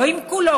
לא עם כולו,